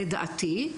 לדעתי,